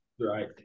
Right